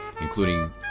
including